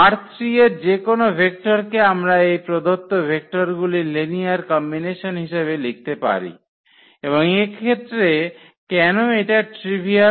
ℝ3 এর যেকোনো ভেক্টরকে আমরা এই প্রদত্ত ভেক্টরগুলির লিনিয়ার কম্বিনেশন হিসেবে লিখতে পারি এবং এক্ষেত্রে কেন এটার ট্রিভিয়াল